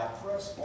press